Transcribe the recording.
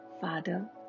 Father